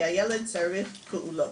כי הילד צריך פעולות.